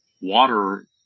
water